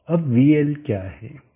अब vL क्या है